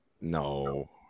No